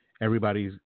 Everybody's